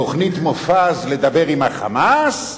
תוכנית מופז לדבר עם ה"חמאס"?